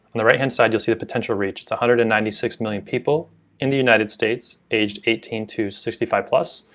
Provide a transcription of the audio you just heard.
on the right-hand side you'll see the potential reach, it's one hundred and ninety six million people in the united states aged eighteen to sixty five plus,